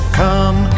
come